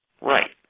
Right